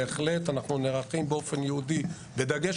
בהחלט אנחנו נערכים באופן ייעודי בדגש